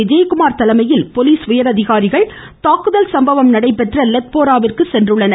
விஜயகுமார் தலைமையில் போலீஸ் உயரதிகாரிகள் தாக்குதல் சம்பவம் நடைபெற்ற லெத்போரா விற்கு சென்றுள்ளனர்